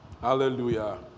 Hallelujah